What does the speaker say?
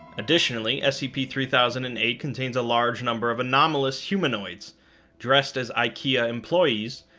additionally, scp three thousand and eight contains a large number of anomalous humanoids dressed as ikea employees,